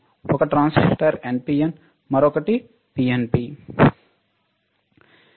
ఒక transistor NPN మరొకటి PNP